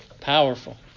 powerful